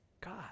God